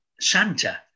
Santa